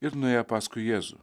ir nuėję paskui jėzų